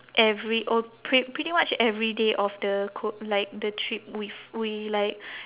every oh pre~ pretty much every day of the ko~ like the trip we f~ we like